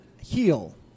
heal